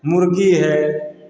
मुर्गी है